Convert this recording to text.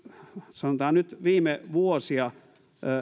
sanotaan nyt viime vuosia